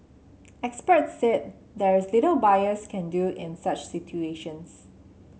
experts said there is little buyers can do in such situations